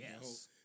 Yes